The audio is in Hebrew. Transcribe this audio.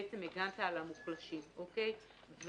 בעצם הגנת על המוחלשים וזה,